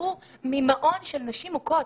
שיצאו ממעון לנשים מוכות.